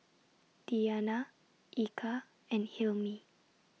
Diyana Eka and Hilmi